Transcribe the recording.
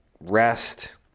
rest